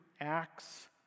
acts